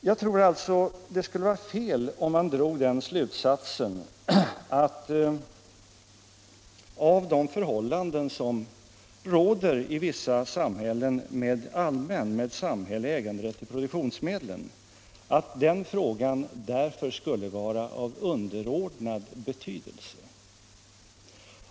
Jag tror alltså att det skulle vara fel om man drog den slutsatsen av de förhållanden som råder i vissa samhällen med allmän — samhällelig — äganderätt till produktionsmedlen, att denna fråga skulle vara av underordnad betydelse.